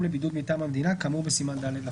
לבידוד מטעם המדינה כאמור בסימן ד׳ לחוק".